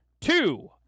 two